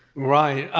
right.